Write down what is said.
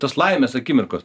tos laimės akimirkos